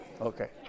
Okay